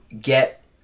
get